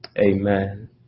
Amen